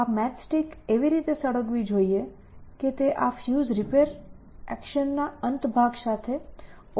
આ match stick એવી રીતે સળગવી જોઈએ કે તે આ ફ્યુઝ રિપેર એક્શનના અંત ભાગ સાથે ઓવરલેપ થઈ જાય